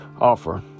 offer